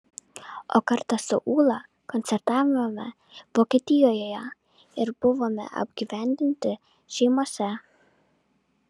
o kartą su ūla koncertavome vokietijoje ir buvome apgyvendinti šeimose